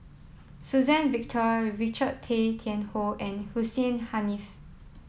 Suzann Victor Richard Tay Tian Hoe and Hussein Haniff